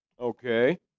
Okay